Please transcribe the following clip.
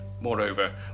moreover